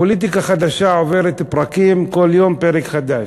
הפוליטיקה החדשה עוברת פרקים, כל יום פרק חדש.